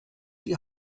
die